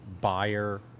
buyer